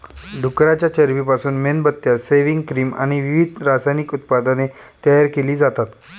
डुकराच्या चरबीपासून मेणबत्त्या, सेव्हिंग क्रीम आणि विविध रासायनिक उत्पादने तयार केली जातात